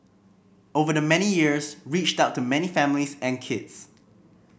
over the many years reached out to many families and kids